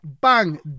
bang